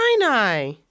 Sinai